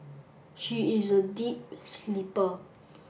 she is a deep sleeper